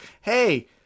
hey